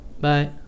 Bye